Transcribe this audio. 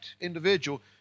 individual